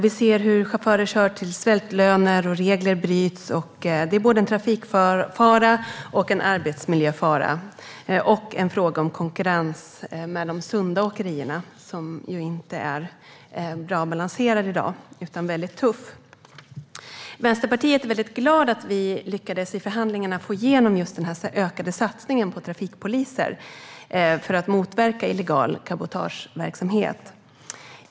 Vi ser hur chaufförer kör till svältlöner och hur regler bryts. Detta är både en trafikfara och en arbetsmiljöfara. Det är också en fråga om konkurrens med de sunda åkerierna - denna konkurrens är i dag inte bra balanserad, utan den är väldigt tuff. Vi i Vänsterpartiet är väldigt glada att vi i förhandlingarna lyckades få igenom denna ökade satsning på trafikpoliser för att motverka illegal cabotageverksamhet.